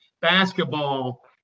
basketball